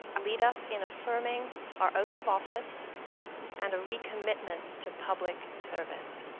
lead us in affirming our oath of office and recommitment to public service.